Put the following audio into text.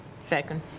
Second